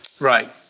Right